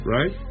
Right